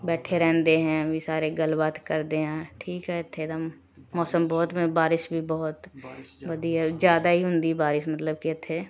ਬੈਠੇ ਰਹਿੰਦੇ ਹੈ ਵੀ ਸਾਰੇ ਗੱਲ ਬਾਤ ਕਰਦੇ ਹਾਂ ਠੀਕ ਹੈ ਇੱਥੇ ਦਾ ਮੌਸਮ ਬਹੁਤ ਬ ਬਾਰਿਸ਼ ਵੀ ਬਹੁਤ ਵਧੀਆ ਜ਼ਿਆਦਾ ਹੀ ਹੁੰਦੀ ਬਾਰਿਸ਼ ਮਤਲਬ ਕਿ ਇੱਥੇ